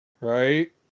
Right